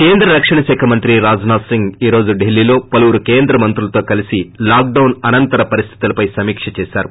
కేంద్ర రక్షణ శాఖ మంత్రి రాజ్నాథ్ సింగ్ ఈ రోజు ఢిల్లీలో పలువురి కేంద్ర మంత్రులతో కలిసి లాక్డౌన్ అనంతర పరిస్థితులపై సమిక్షించారు